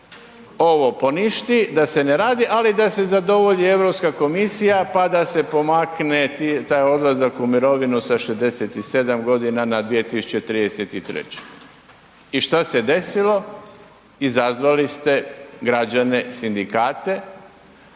ovo poništi, da se ne radi, ali da se zadovolji EU komisija pa da se pomakne taj odlazak u mirovinu sa 67 godina na 2033. I što se desilo? Izazvali ste građane, sindikate,